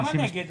למה נגד?